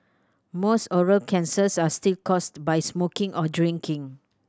most oral cancers are still caused by smoking or drinking